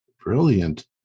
brilliant